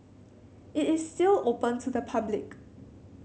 it is still open to the public